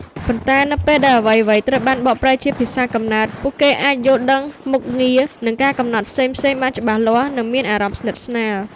ប៉ុន្តែនៅពេលដែលអ្វីៗត្រូវបានបកប្រែជាភាសាកំណើត ពួកគេអាច យល់ដឹងមុខងារ និងការកំណត់ផ្សេងៗបានច្បាស់លាស់ និងមានអារម្មណ៍ស្និទ្ធស្នាល។